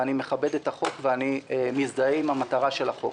ואני מכבד את החוק ואני מזדהה עם המטרה של החוק.